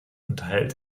unterhält